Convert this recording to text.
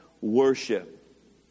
worship